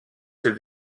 ses